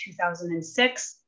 2006